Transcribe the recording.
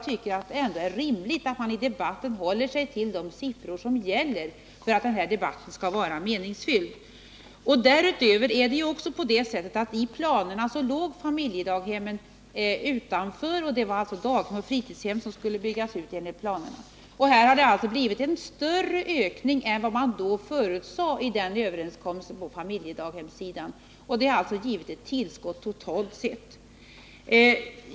För att den här debatten skall vara meningsfylld tycker jag att det är rimligt att man håller sig till de siffror som gäller. Dessutom är det på det sättet att familjedaghemmen låg utanför planerna — det var daghem och fritidshem som skulle byggas ut enligt planerna. Det har alltså blivit en större ökning på familjedaghemssidan än vad man förutsade i överenskommelsen. Det har givit ett tillskott totalt sett.